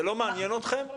זה לא מעניין אתכם?